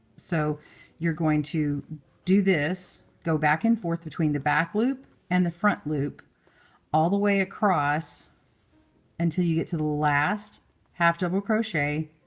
so you're going to do this. go back and forth between the back loop and the front loop all the way across until you get to the last half double crochet,